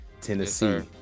tennessee